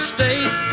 State